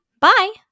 bye